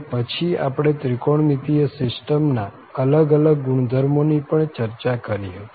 અને પછી આપણે ત્રિકોણમિતિય સીસ્ટમ ના અલગ અલગ ગુણધર્મો ની પણ ચર્ચા કરી હતી